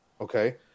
Okay